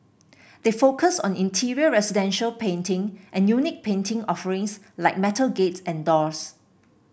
they focus on interior residential painting and unique painting offerings like metal gates and doors